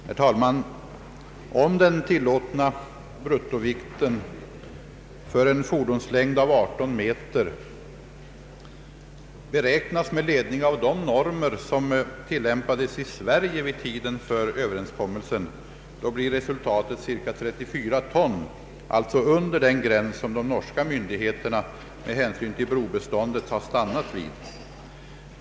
Herr talman! Om den tillåtna bruttovikten för en fordonslängd av 18 meter beräknas med ledning av de normer som tillämpades i Sverige vid tiden för överenskommelsen, så blir resultatet cirka 34 ton, alltså under den gräns som de norska myndigheterna med hänsyn till broarna har stannat vid.